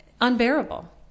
unbearable